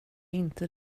inte